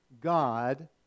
God